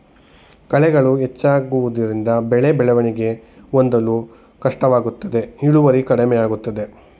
ಕಳೆಗಳು ಹೆಚ್ಚಾಗುವುದರಿಂದ ಬೆಳೆ ಬೆಳವಣಿಗೆ ಹೊಂದಲು ಕಷ್ಟವಾಗುತ್ತದೆ ಇಳುವರಿ ಕಡಿಮೆಯಾಗುತ್ತದೆ